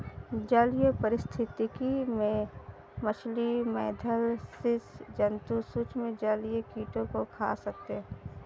जलीय पारिस्थितिकी में मछली, मेधल स्सि जन्तु सूक्ष्म जलीय कीटों को खा जाते हैं